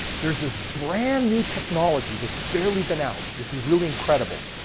there's this brand new technology that's barely been out. this is really incredible.